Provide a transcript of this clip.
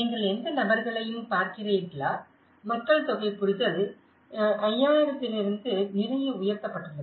நீங்கள் எந்த நபர்களையும் பார்க்கிறீர்களா மக்கள்தொகை புரிதல் 5000 இலிருந்து நிறைய உயர்த்தப்பட்டுள்ளது